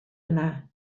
yna